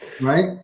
Right